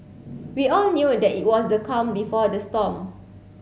we all knew that it was the calm before the storm